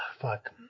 fuck